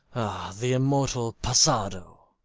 the immortal passado!